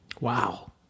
Wow